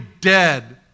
dead